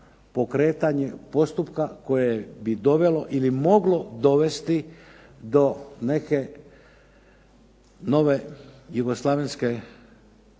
pokretanje postupka koje bi dovelo ili moglo dovesti do neke nove jugoslavenske